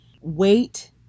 Wait